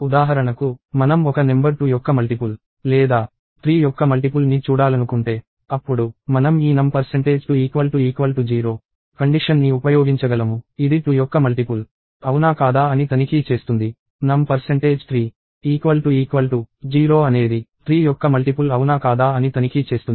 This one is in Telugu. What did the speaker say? ఉదాహరణకు మనం ఒక నెంబర్ 2 యొక్క మల్టిపుల్ లేదా 3 యొక్క మల్టిపుల్ ని చూడాలనుకుంటే అప్పుడు మనం ఈ num2 0 కండిషన్ ని ఉపయోగించగలము ఇది 2 యొక్క మల్టిపుల్ అవునా కాదా అని తనిఖీ చేస్తుంది num3 0 అనేది 3 యొక్క మల్టిపుల్ అవునా కాదా అని తనిఖీ చేస్తుంది